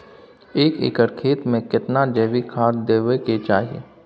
एक एकर खेत मे केतना जैविक खाद देबै के चाही?